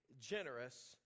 generous